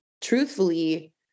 truthfully